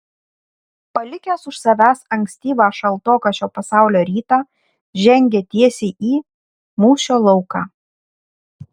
palikęs už savęs ankstyvą šaltoką šio pasaulio rytą žengė tiesiai į mūšio lauką